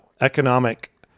economic